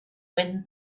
when